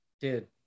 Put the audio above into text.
Dude